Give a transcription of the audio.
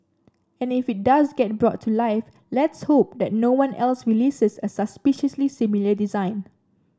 and if it does get brought to life let's hope that no one else releases a suspiciously similar design